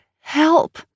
help